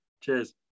Cheers